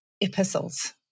epistles